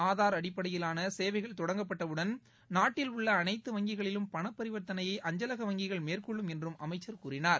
ஆதார் அடிப்படையிலான சேவைகள் தொடங்கப்பட்டவுடன் நாட்டில் உள்ள அனைத்து வங்கிகளிலும் பண பரிவர்த்தனையை அஞ்சலக வங்கிகள் மேற்கொள்ளும் என்றும் அமைச்சர் கூறினார்